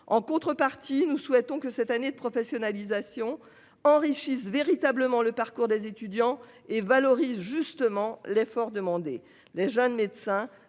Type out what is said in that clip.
en contrepartie nous souhaitons que cette année de professionnalisation enrichissent véritablement le parcours des étudiants et valorise justement l'effort demandé les jeunes médecins